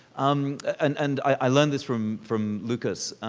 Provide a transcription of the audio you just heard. um and and i learned this from from lucas,